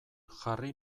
jarri